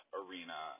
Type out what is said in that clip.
arena